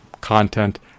content